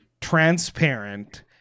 transparent